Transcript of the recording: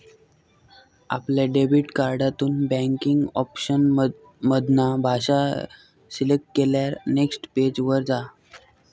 आपल्या डेबिट कार्डातून banking option मधना भाषा सिलेक्ट केल्यार नेक्स्ट पेज वर जा